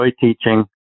teaching